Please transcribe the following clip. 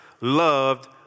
loved